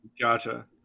Gotcha